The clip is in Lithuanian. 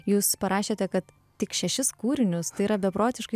jūs parašėte kad tik šešis kūrinius tai yra beprotiškai